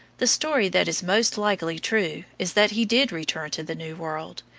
the story that is most likely true is that he did return to the new world,